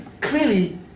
clearly